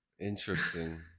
Interesting